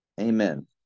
Amen